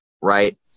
right